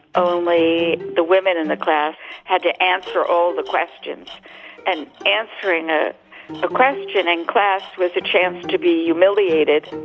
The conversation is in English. only the women in the class had to answer all the questions and answering ah a question in class with a chance to be humiliated.